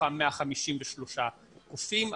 מתוכם 153 קופים,